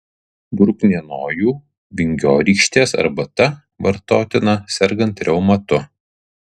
bruknienojų vingiorykštės arbata vartotina sergant reumatu